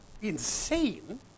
insane